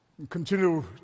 continue